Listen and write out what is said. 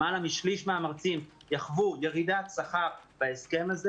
למעלה משליש מהמרצים יחוו ירידת שכר בהסכם הזה.